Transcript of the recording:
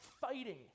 fighting